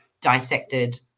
dissected